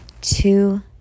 two